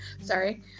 Sorry